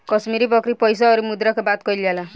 कश्मीरी बकरी पइसा अउरी मुद्रा के बात कइल जाला